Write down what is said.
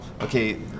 okay